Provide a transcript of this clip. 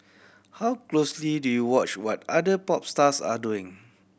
how closely do you watch what other pop stars are doing